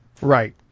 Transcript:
Right